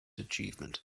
achievement